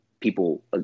people